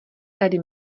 tady